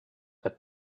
that